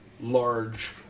large